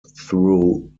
through